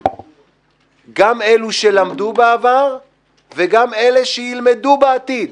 גם אלו שלמדו בעבר וגם אלה שילמדו בעתיד.